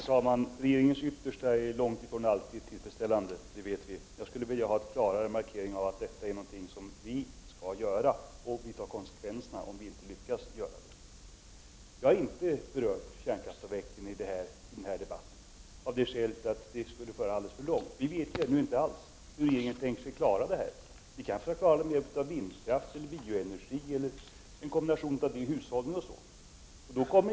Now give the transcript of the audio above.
Herr talman! ”Regeringens yttersta” är långt ifrån alltid tillfredsställande. Jag skulle vilja ha en klarare markering av att detta är något som regeringen skall göra, och att regeringen skall ta konsekvenserna om den inte lyckas. Jag har inte berört kärnkraftsavvecklingen i denna debatt av det skälet att det skulle föra diskussionen alldeles för långt. Vi vet ju ännu inte alls hur regeringen tänker klara av denna situation. Ni kanske klarar detta med hjälp av vindkraft, bioenergi eller en kombination av hushållning osv.